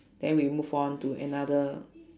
then we move on to another